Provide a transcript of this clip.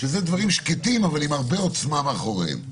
אלה דברים שקטים אבל עם הרבה עוצמה מאחוריהם.